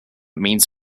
means